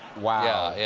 wow.